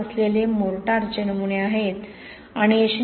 5 असलेले मोर्टारचे नमुने आहेत आणि हे 0